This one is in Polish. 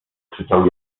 krzyczał